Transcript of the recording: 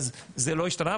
אז זה לא השתנה.